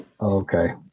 okay